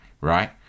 right